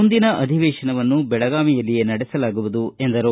ಮುಂದಿನ ಅಧಿವೇತನವನ್ನು ಬೆಳಗಾವಿಯಲ್ಲಿ ನಡೆಸಲಾಗುವುದು ಎಂದರು